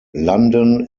london